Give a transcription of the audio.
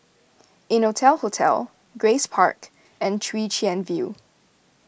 Innotel Hotel Grace Park and Chwee Chian View